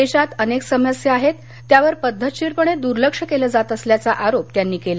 देशात अनेक समस्या आहेत त्यावर पद्धतशीरपणे दूर्लक्ष केलं जात असल्याचा आरोप त्यांनी केला